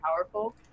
powerful